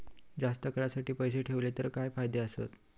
जास्त काळासाठी पैसे ठेवले तर काय फायदे आसत?